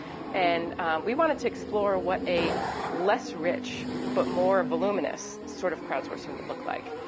and we wanted to explore what a less rich but more voluminous sort of crowdsourcing would look like,